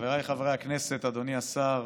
חבריי חברי הכנסת, אדוני השר,